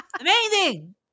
amazing